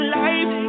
life